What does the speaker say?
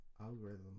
algorithm